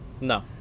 No